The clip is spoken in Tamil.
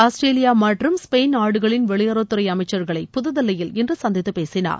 ஆஸ்திரேலியா மற்றும் ஸ்பெயின் நாடுகளின் வெளியுறவுத்துறை அமைச்சர்களை புதுதில்லியில் இன்று சந்தித்துப் பேசினார்